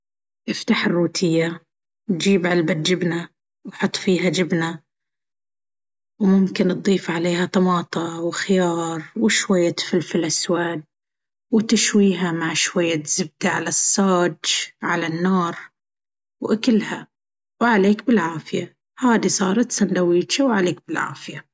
أفتح الروتية، حط فيها جبنة وصك الروتية واكلها وعليك بالعافية! هادي شندويجة وعليك بالعافية.